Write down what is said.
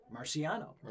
Marciano